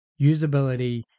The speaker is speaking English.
Usability